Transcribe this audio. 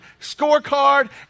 scorecard